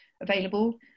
available